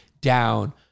down